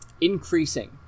increasing